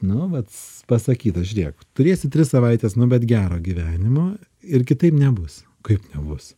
nu vat pasakyta žiūrėk turėsiu tris savaites nu bet gero gyvenimo ir kitaip nebus kaip nebus